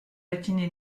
patiné